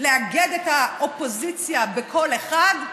לאגד את האופוזיציה בקול אחד: